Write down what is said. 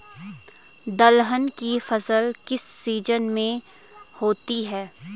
दलहन की फसल किस सीजन में होती है?